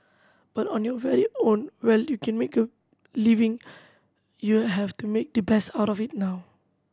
but on your well own well you can make a living you have to make the best of it now